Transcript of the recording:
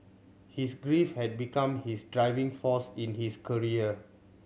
his grief had become his driving force in his career